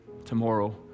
tomorrow